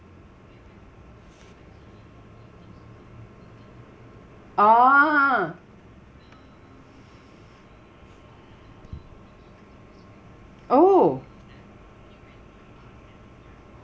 oo oh